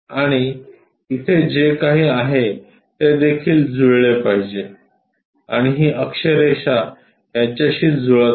आणि इथे जे काही आहे ते देखील जुळले पाहिजे आणि ही अक्षरेषा याच्याशी जुळत आहे